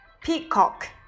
peacock